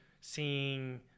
seeing